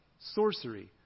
sorcery